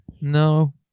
No